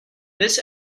this